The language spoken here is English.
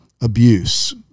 abuse